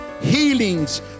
healings